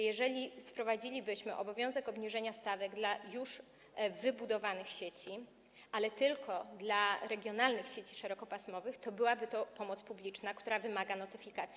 Jeżeli wprowadzilibyśmy obowiązek obniżenia stawek dla już wybudowanych sieci, ale tylko dla regionalnych sieci szerokopasmowych, to byłaby to pomoc publiczna, która wymaga notyfikacji.